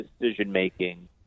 decision-making